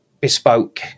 bespoke